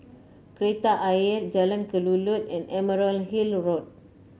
Kreta Ayer Jalan Kelulut and Emerald Hill Road